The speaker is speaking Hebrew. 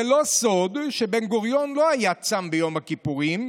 זה לא סוד שבן-גוריון לא היה צם ביום הכיפורים,